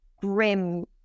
grim